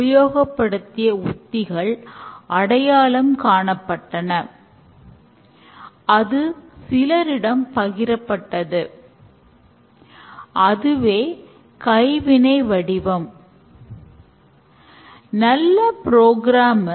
அவை ஸ்பரின்ட் திட்டமிடும் கூட்டம் ஸ்பரின்ட் மதிப்பிடும் கூட்டம் ஸ்பரின்ட் சுயபரிசோதனை கூட்டம் மற்றும் தினசரி ஸ்கரம் கூட்டம்